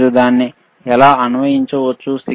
మీరు దాన్ని ఎలా అన్వయించవచ్చు